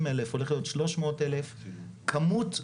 מ-140,000 הולך להיות 300,000. כמות,